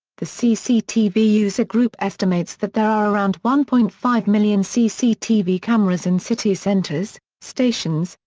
the cctv user group estimates that there are around one point five million cctv cameras in city centres, stations,